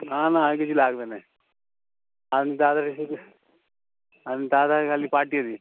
না না আর কিছু লাগবে নে আপনি তাড়াতাড়ি শুধু আপনি তাড়াতাড়ি খালি পাঠিয়ে দিন